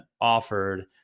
offered